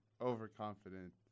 overconfident